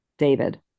david